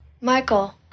Michael